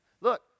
Look